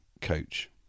coach